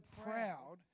proud